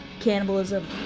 cannibalism